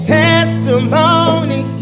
testimony